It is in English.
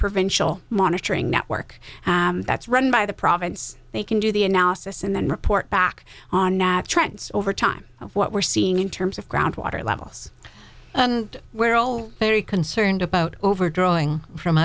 provincial monitoring network that's run by the province they can do the analysis and then report back on nav trends over time what we're seeing in terms of groundwater levels and we're all very concerned about overdrawing from